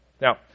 Now